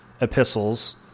epistles